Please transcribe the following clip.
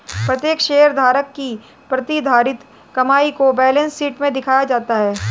प्रत्येक शेयरधारक की प्रतिधारित कमाई को बैलेंस शीट में दिखाया जाता है